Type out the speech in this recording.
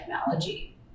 technology